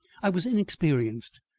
i was inexperienced.